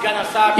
סגן השר,